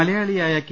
മലയാളിയായ കെ